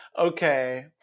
Okay